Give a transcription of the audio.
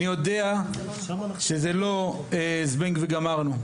אני יודע שזה לא זבנג וגמרנו,